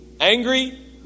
Angry